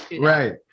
right